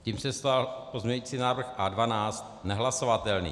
Tím se stal pozměňující návrh A12 nehlasovatelný.